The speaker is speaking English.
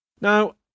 Now